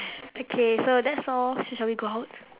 okay so that's all sh~ shall we go out